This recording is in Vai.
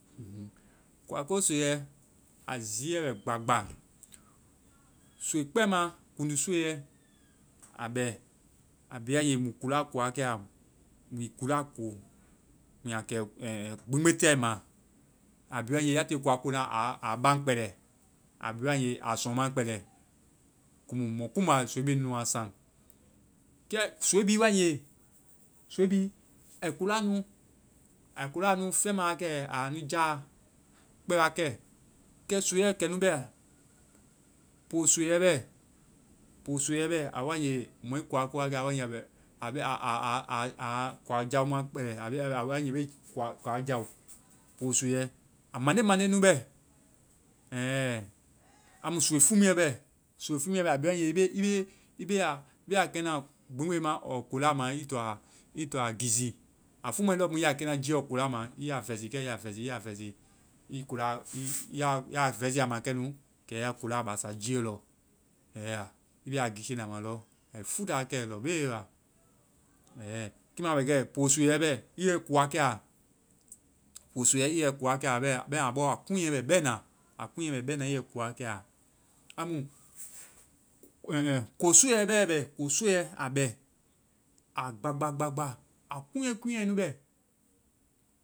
Kuako soiiɛ, a ziiɛ bɛ gbagba. Soii kpɛma, kuŋdu soiiɛ, a bɛ. A bi wae nge mui kuula ko wa kɛ aɔ. Mui kuola ko mui a kɛ ɛ ɛ gbeŋgbe tɛma. A bi wae nge, ya tiie kua ko na, a- a baŋ kpɛlɛ. A bi wae nge a sɔŋ ma kpɛlɛ. Ko mu mɔ kuŋba ai soii mɛ nu wa saŋ. Kɛ soii bi wae nge, soii bi ai kuul nu fɛŋ ma wa kɛ. Ai ya nu jaa kpɛ wakɛ. Kɛ soiiɛ kɛ nu bɛ. Po soiiɛ bɛ. Po soiiɛ bɛ. A wae nge, mɔ i kua ko wa kɛ a. A wae nge, a bɛ-a kua jao ma kpɛlɛ. A wae nge be kua-kua jao. Po soiiɛ, a mande, mande nu bɛ. Ɛɛ. Amu soii fumuɛ bɛ. Soii fumuɛ bɛ. A bi wae, i be, i be, i be, i be a kɛna gbeŋgbe ma or kuula ma i to a giisi. A fumuɛ lɔ mu i ya kɛna jiiɛɔ, kuula ma. I ya vɛsii kɛ. I ya vɛsii. I ya vɛsii. Ya- ya vɛsiie a ma kɛnu, kɛ ya kuula basa jiiɛ lɔ. Ɛɛ. I be ya giisii na ma lɔ. Ai futa wa kɛ lɔbele ba. Ɛɛ. Kiimu a bɛ kɛ, poo soiiɛ bɛ. I yɛi ko wa kɛ a. Po soiiɛ i yɛ i ko wa kɛa. Bɛma a bɔ kunyɛ bɛ bɛna. A kunyɛ bɛ bɛna. I yɛ i ko wa kɛa. Amu ɛŋ, ɛŋ ko soiiɛ bɛ bɛ. Ko soiiɛ a bɛ. A gba, gba, gba, gba. A kuŋyɛ, kuŋyɛ nu bɛ.